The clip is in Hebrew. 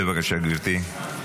בבקשה, גברתי.